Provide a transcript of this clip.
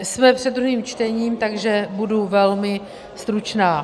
Jsme před druhým čtením, takže bude velmi stručná.